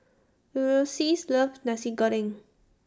Ulysses loves Nasi Goreng